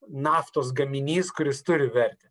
naftos gaminys kuris turi vertę